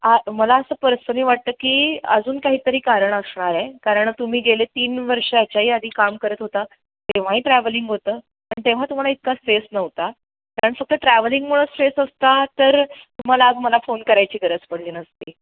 आ मला असं पर्सनली वाटतं की अजून काहीतरी कारण असणार आहे कारण तुम्ही गेले तीन वर्षाच्याही आधी काम करत होता तेव्हाही ट्रॅव्हलिंग होतं पण तेव्हा तुम्हाला इतका स्ट्रेस नव्हता कारण फक्त ट्रॅव्हलिंगमुळे स्ट्रेस असता तर तुम्हाला आज मला फोन करायची गरज पडली नसती